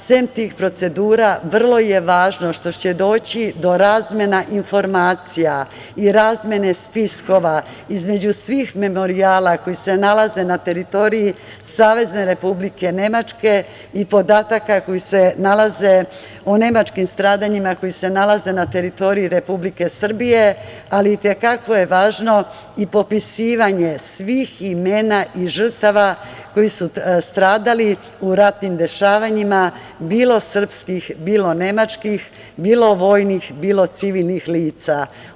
Sem tih procedura vrlo je važno što će doći do razmena informacija i razmene spiskova između svih memorijala koji se nalaze na teritoriji Savezne Republike Nemačke i podataka koji se nalaze u nemačkim stradanjima, koji se nalaze na teritoriji Republike Srbije, ali i te kako je važno i popisivanje svih imena i žrtava koji su stradali u ratnim dešavanjima bilo srpskih, bilo nemačkih, bilo vojnih, bilo civilnih lica.